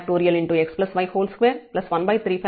x y2 13